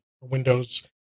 Windows